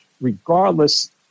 regardless